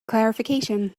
clarification